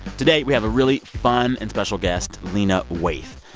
today we have a really fun and special guest, lena waithe.